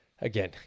again